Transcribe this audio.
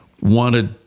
wanted